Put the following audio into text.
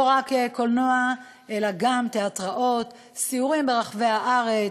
לא רק קולנוע אלא גם תיאטראות, סיורים ברחבי הארץ,